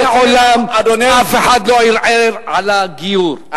מעולם אף אחד לא ערער על הגיור,